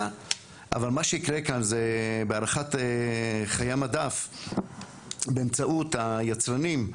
אבל מה שיקרה כאן בהארכת חיי המדף באמצעות היצרנים,